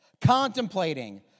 contemplating